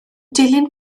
dilyn